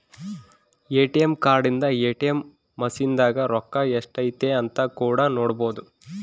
ATM card ಇಂದ ATM machine ದಾಗ ರೊಕ್ಕ ಎಷ್ಟೈತೆ ಅಂತ ಕೂಡ ನೊಡ್ಬೊದು